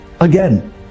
again